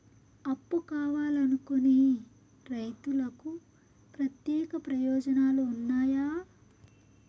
అప్పు కావాలనుకునే రైతులకు ప్రత్యేక ప్రయోజనాలు ఉన్నాయా?